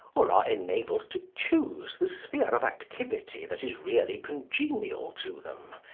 or are enabled to choose the sphere of activity that is really congenial to them,